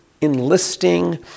enlisting